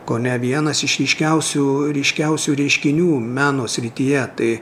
kone vienas iš ryškiausių ryškiausių reiškinių meno srityje tai